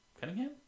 Cunningham